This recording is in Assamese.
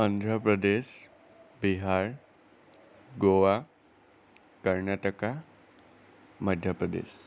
অন্ধ্ৰপ্ৰদেশ বিহাৰ গোৱা কৰ্ণাটকা মধ্যপ্ৰদেশ